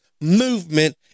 movement